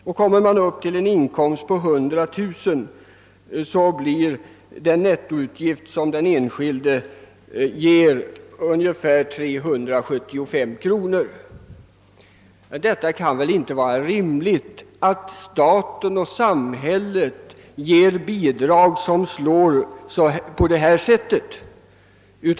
Vid en inkomst på 100000 kronor blir nettoutgiften för den enskilde ungefär 375 kronor. Det kan väl inte vara rimligt att samhället ger bidrag som slår på detta sätt.